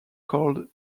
called